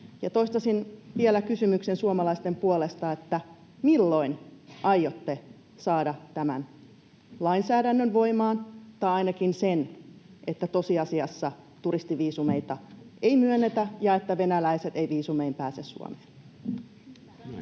toistaisin vielä kysymyksen suomalaisten puolesta: milloin aiotte saada tämän lainsäädännön voimaan, tai ainakin sen, että tosiasiassa turistiviisumeita ei myönnetä ja että venäläiset eivät viisumein pääse Suomeen? [Speech